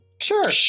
Sure